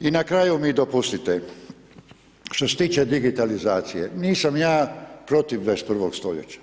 I na kraju mi dopustite, što se tiče digitalizacije, nisam ja protiv 21. stoljeća,